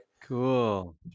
Cool